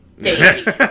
baby